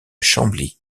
chambly